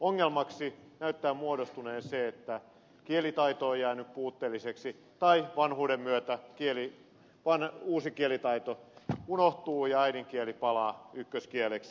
ongelmaksi näyttää muodostuneen se että kielitaito on jäänyt puutteelliseksi tai vanhuuden myötä uusi kielitaito unohtuu ja äidinkieli palaa ykköskieleksi